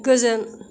गोजोन